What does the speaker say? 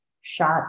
shot